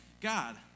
God